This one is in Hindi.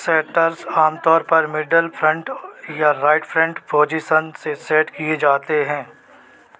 सेटर्स आमतौर पर मिडल फ्रंट या राइट फ्रंट पोजीशन से सेट किए जाते हैं